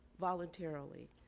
voluntarily